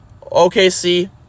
OKC